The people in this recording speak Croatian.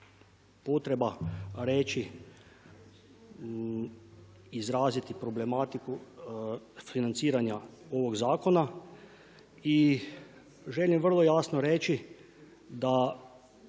potreba reći, izraziti problematiku financiranja ovog zakona i želim vrlo jasno reći da